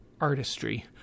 artistry